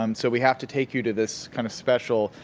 um so, we have to take you to this kind of special,